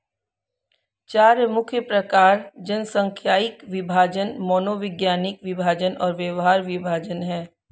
चार मुख्य प्रकार जनसांख्यिकीय विभाजन, मनोवैज्ञानिक विभाजन और व्यवहार विभाजन हैं